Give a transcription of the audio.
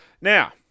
Now